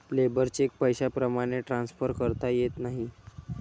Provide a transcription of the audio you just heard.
labour cheque पैशाप्रमाणे transfer करता येत नाही